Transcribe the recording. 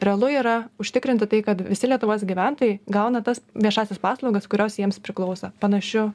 realu yra užtikrinti tai kad visi lietuvos gyventojai gauna tas viešąsias paslaugas kurios jiems priklauso panašiu